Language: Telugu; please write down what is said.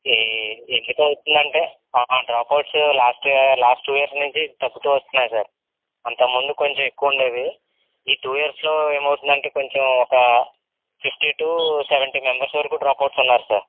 ఈ ఎందుకవుతుందంటే dropouts last last two years నుంచి తగ్గుతూ వస్తున్నాయి సార్ అంతకుముందు కొంచెం ఎక్కువుండేవి ఈ టూ యర్స్లో ఏమవుతుందంటే కొంచెం ఒక ఫిఫ్టీ టు సెవెంటీ మెంబర్స్ వరకు డ్రాప్అవుట్స్ ఉన్నారు సార్